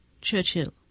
Churchill